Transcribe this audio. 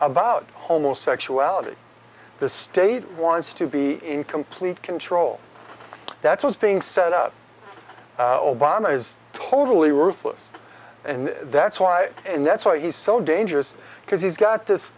about homosexuality the state wants to be in complete control that's what's being said obama is totally worthless and that's why and that's why he's so dangerous because he's got this